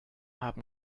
haben